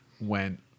went